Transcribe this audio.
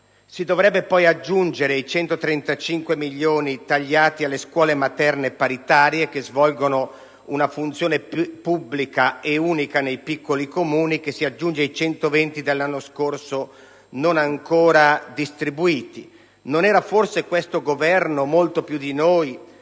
Si dovrebbero poi aggiungere i 135 milioni tagliati alle scuole materne paritarie, che svolgono una funzione pubblica e unica nei piccoli Comuni, che si aggiungono ai 120 dell'anno scorso, non ancora distribuiti. Non era forse questo Governo - molto più di noi